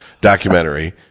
documentary